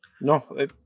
No